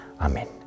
Amen